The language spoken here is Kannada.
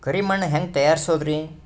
ಕರಿ ಮಣ್ ಹೆಂಗ್ ತಯಾರಸೋದರಿ?